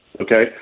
Okay